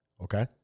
Okay